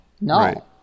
No